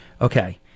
okay